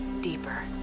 deeper